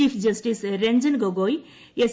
chief justice Ranjan Gogoi S